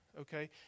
okay